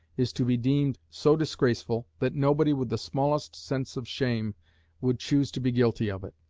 is to be deemed so disgraceful, that nobody with the smallest sense of shame would choose to be guilty of it.